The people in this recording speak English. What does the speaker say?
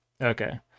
Okay